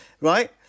Right